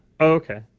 Okay